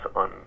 on